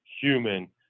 human